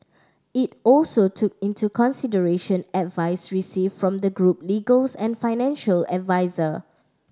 it also took into consideration advice received from the group legals and financial adviser